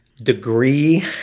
degree